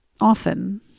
often